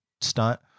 stunt